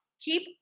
keep